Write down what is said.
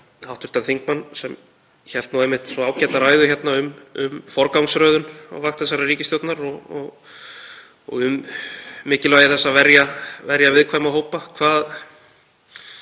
hv. þingmann, sem hélt einmitt svo ágæta ræðu hér um forgangsröðun á vakt þessarar ríkisstjórnar og um mikilvægi þess að verja viðkvæma hópa: Hvað